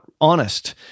honest